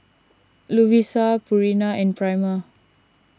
Lovisa Purina and Prima